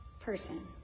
person